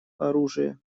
оружия